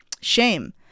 shame